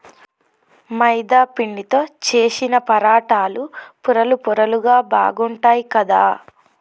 మైదా పిండితో చేశిన పరాటాలు పొరలు పొరలుగా బాగుంటాయ్ కదా